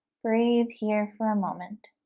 breathe here for a moment